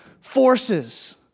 forces